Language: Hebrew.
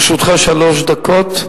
לרשותך שלוש דקות,